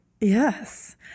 Yes